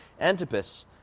Antipas